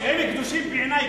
שהם קדושים בעיני,